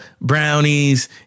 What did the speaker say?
brownies